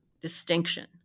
distinction